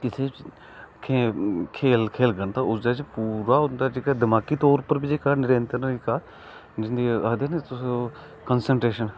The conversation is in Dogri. किसे खेल खेलङन ते ओहदे च पूरा उंदा जेहका दिमाकी तौर उपर बी जेहका नियंत्रण जेहका जिसी आक्खदे नी तुस कनसन्ट्रेशन